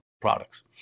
products